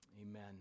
Amen